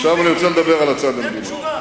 תן תשובה.